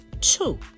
Two